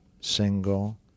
single